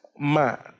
man